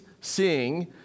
seeing